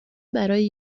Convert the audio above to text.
برای